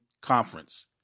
Conference